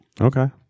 Okay